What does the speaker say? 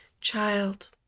Child